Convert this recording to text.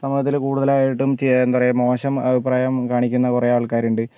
സമൂഹത്തിൽ കൂടുതലായിട്ടും എന്താ പറയുക മോശം അഭിപ്രായം കാണിക്കുന്ന കുറെ ആൾക്കാരുണ്ട്